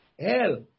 Hell